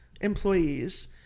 employees